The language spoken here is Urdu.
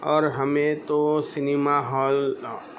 اور ہمیں تو سنیما ہال